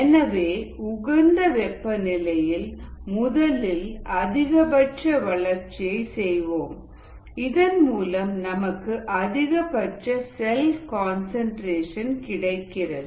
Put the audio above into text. எனவே உகந்த வெப்பநிலையில் முதலில் அதிகபட்ச வளர்ச்சியை செய்வோம் இதன் மூலம் நமக்கு அதிகபட்ச செல் கன்சன்ட்ரேஷன் கிடைக்கிறது